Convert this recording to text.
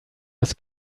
his